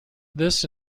this